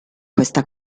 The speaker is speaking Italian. questa